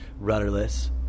rudderless